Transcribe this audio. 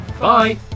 Bye